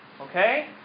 okay